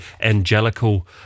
angelical